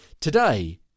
today